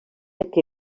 que